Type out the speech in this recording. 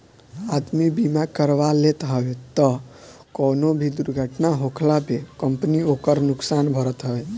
आदमी बीमा करवा लेत हवे तअ कवनो भी दुर्घटना होखला पे कंपनी ओकर नुकसान भरत हवे